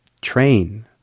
train